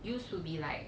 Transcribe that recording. used to be like